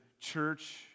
church